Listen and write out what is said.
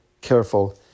careful